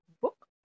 book